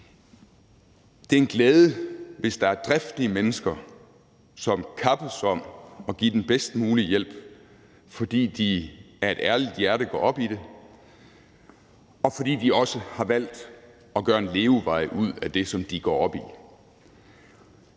Det er en glæde, hvis der er driftige mennesker, som kappes om at give den bedst mulige hjælp, fordi de af et ærligt hjerte går op i det, og fordi de også har valgt at gøre en levevej ud af det, som de går op i.